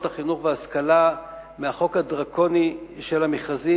החינוך וההשכלה מהחוק הדרקוני של המכרזים,